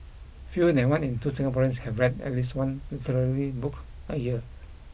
fewer than one in two Singaporeans have read at least one literary book a year